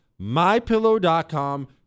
MyPillow.com